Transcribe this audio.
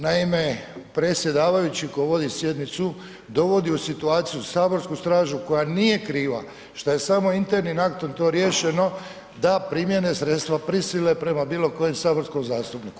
Naime, predsjedavajući tko vodi sjednicu dovodi u situaciju saborsku stražu koja nije kriva što je samo internim aktom to riješeno da primjene sredstva prisile prema bilo kojem saborskom zastupniku.